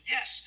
Yes